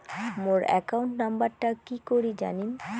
মোর account নাম্বারটা কি করি জানিম?